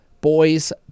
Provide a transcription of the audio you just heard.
Boys